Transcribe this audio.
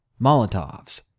Molotovs